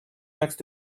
next